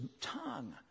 tongue